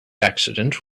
accident